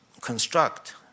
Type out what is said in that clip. construct